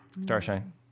Starshine